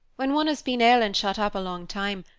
when one has been ill and shut up a long time,